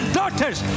daughters